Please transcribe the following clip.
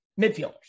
midfielders